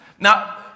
Now